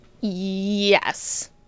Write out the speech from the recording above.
Yes